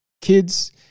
kids